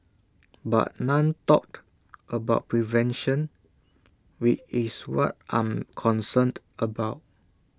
but none talked about prevention which is what I'm concerned about